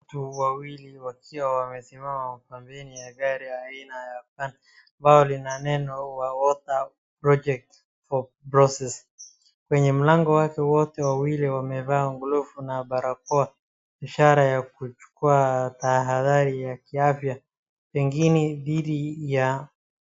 Watu wawili wakiwa wamesimama pembeni ya gari aina ya van ambalo lina neno water project process . Kwenye mlango wake watu wawili wamevaa glofu na barakoa ishara ya kuchukua tahadhari ya kiafya pengine dhidi ya.